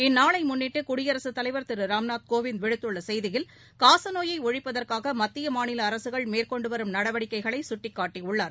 இந்நாளை முன்னிட்டு குடியரசுத்தலைவா் திரு ராம்நாத் கோவிந்த் விடுத்துள்ள செய்தியில் காசநோயை ஒழிப்பதற்காக மத்திய மாநில அரசுகள் மேற்கொண்டுவரும் நடவடிக்கைகளை சுட்டிக்காட்டியுள்ளார்